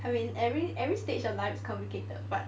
I mean every every stage of life is complicated but